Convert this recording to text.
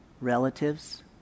relatives